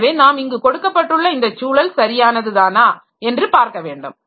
எனவே நாம் இங்கு கொடுக்கப்பட்டுள்ள இந்த சூழல் சரியானதுதானா என்று பார்க்கவேண்டும்